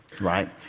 right